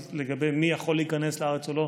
אז לגבי מי שיכול להיכנס לארץ ולא,